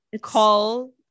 call